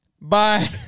Bye